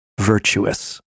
virtuous